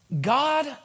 God